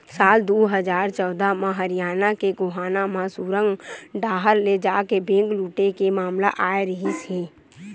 साल दू हजार चौदह म हरियाना के गोहाना म सुरंग डाहर ले जाके बेंक लूटे के मामला आए रिहिस हे